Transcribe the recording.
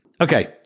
Okay